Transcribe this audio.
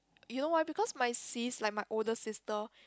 you know why because my sis like my older sister